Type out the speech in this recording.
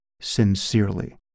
sincerely